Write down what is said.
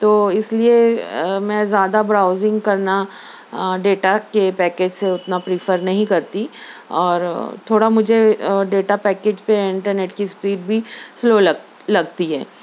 تو اس ليے ميں زيادہ براؤزنگ كرنا ڈيٹا كے پيكيج سے اتنا پریفر کرتی اور تھوڑا مجھے ڈیٹا پیکیج پہ انٹرنیٹ کی اسپیڈ بھی سلو لگ لگتی ہے